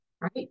right